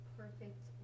perfect